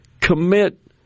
commit